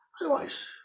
otherwise